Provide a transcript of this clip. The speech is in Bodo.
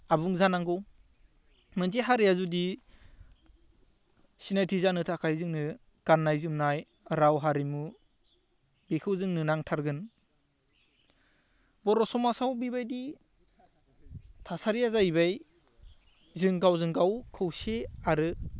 आबुं जानांगौ मोनसे हारिआ जुदि सिनायथि जानो थाखाय जोंनो गान्नाय जोमनाय राव हारिमु बेखौ जोंनो नांथारगोन बर' समाजाव बेबायदि थासारिया जाहैबाय जों गावजों गाव खौसे आरो